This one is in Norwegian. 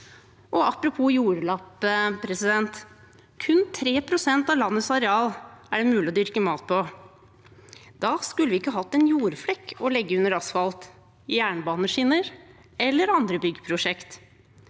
på. Apropos jordlapp: Kun 3 pst. av Norges areal er det mulig å dyrke mat på. Da skulle vi ikke hatt en jordflekk å legge under asfalt, jernbaneskinner eller andre byggeprosjekter.